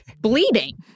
bleeding